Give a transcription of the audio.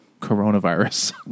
coronavirus